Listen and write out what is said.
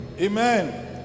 Amen